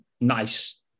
Nice